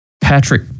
Patrick